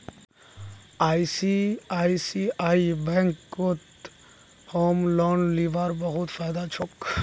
ICICI बैंकत home loan लीबार बहुत फायदा छोक